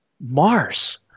Mars